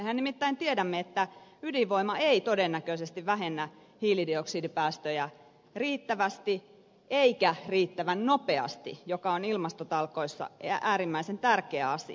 mehän nimittäin tiedämme että ydinvoima ei todennäköisesti vähennä hiilidioksidipäästöjä riittävästi eikä riittävän nopeasti mikä on ilmastotalkoissa äärimmäisen tärkeä asia